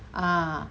err